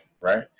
right